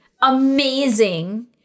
Amazing